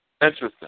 Interesting